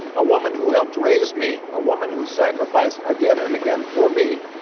a woman who helped raise me, a woman who sacrificed again and again for me,